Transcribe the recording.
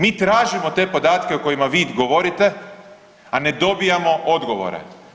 Mi tražimo te podatke o kojima vi govorite, a ne dobijamo odgovore.